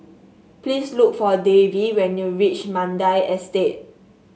please look for Davy when you reach Mandai Estate